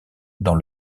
dans